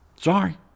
Sorry